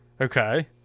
Okay